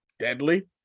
deadly